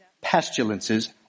Pestilences